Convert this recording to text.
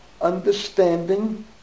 understanding